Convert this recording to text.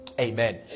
amen